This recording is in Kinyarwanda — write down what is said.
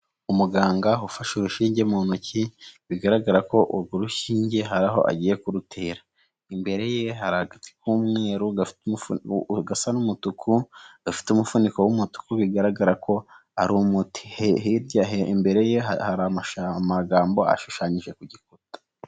Umuganga ufashe urushinge mu ntoki bigaragara ko urwo rushinge hari aho agiye kurutera, imbere ye hari agati ku'umweru gasa n'umutuku gafite umufuniko w'umutuku bigaragara ko ari umuti, hirya imbere ye hari amagambo ashushanyije ku gikuta.